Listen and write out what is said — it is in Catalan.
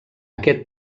aquest